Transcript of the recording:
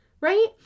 Right